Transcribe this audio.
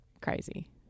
crazy